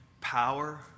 Power